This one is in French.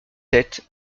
sept